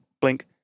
blink